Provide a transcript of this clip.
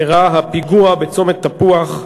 אירע בצומת תפוח הפיגוע